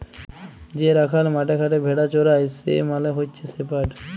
যে রাখাল মাঠে ঘাটে ভেড়া চরাই সে মালে হচ্যে শেপার্ড